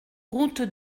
route